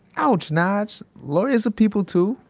ouch, nige. lawyers are people too.